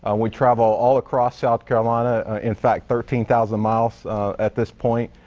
um we travel all across south carolina, in fact thirteen thousand miles at this point.